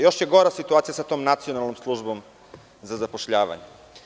Još je gora situacija sa Nacionalnom službom za zapošljavanje.